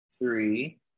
three